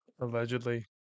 allegedly